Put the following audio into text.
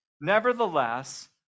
nevertheless